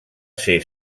ser